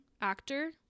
actor